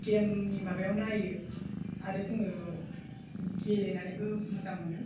गेमनि माबायाव नायो आरो जोङो गेलेनानैबो मोजां मोनो